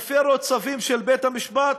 תפרו צווים של בית-המשפט,